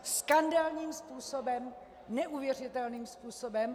Skandálním způsobem, neuvěřitelným způsobem.